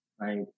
right